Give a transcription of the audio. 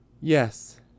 Yes